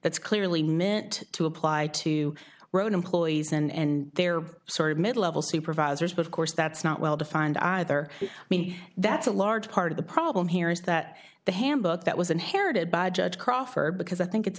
that's clearly meant to apply to road employees and they're sort of mid level supervisors but of course that's not well defined either i mean that's a large part of the problem here is that the handbook that was inherited by judge crawford because i think it's